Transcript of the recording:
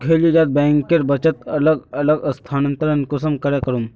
खेती डा बैंकेर बचत अलग अलग स्थानंतरण कुंसम करे करूम?